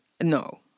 no